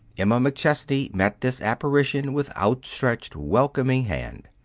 emma mcchesney met this apparition with outstretched, welcoming hand.